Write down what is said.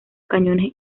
cañones